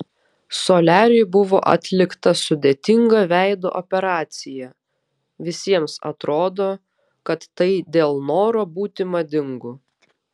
soliariui buvo atlikta sudėtinga veido operacija visiems atrodo kad tai dėl noro būti madingu